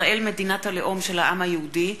ישראל, מדינת הלאום של העם היהודי,